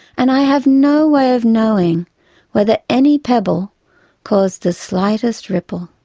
and i have no way of knowing whether any pebble cause the slightest ripple.